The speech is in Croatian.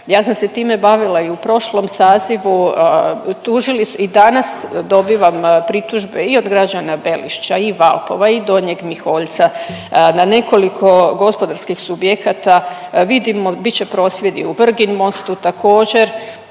Ja sam se time bavila i u prošlom sazivu, tužili i danas dobivam pritužbe i od građana Belišća i Valpova i Donjeg Miholjca na nekoliko gospodarskih subjekata, vidimo bit će prosvjedi u Vrginmostu također.